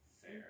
Fair